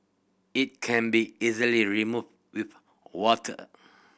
it can be easily removed with water